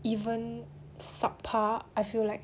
even sub par I feel like